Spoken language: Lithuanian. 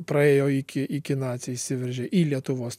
praėjo iki iki naciai įsiveržė į lietuvos